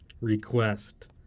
request